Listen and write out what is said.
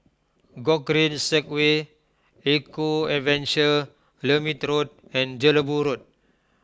Gogreen Segway Eco Adventure Lermit Road and Jelebu Road